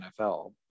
NFL